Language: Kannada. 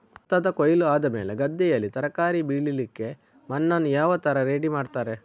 ಭತ್ತದ ಕೊಯ್ಲು ಆದಮೇಲೆ ಗದ್ದೆಯಲ್ಲಿ ತರಕಾರಿ ಬೆಳಿಲಿಕ್ಕೆ ಮಣ್ಣನ್ನು ಯಾವ ತರ ರೆಡಿ ಮಾಡ್ತಾರೆ?